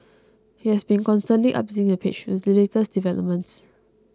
he has been constantly updating the page with the latest developments